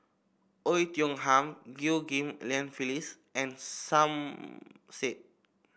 Oei Tiong Ham Chew Ghim Lian Phyllis and Som Said